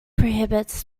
prohibits